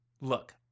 Look